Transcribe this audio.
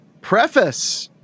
Preface